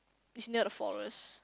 it's near the forest